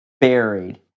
buried